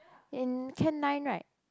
in can nine right